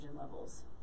levels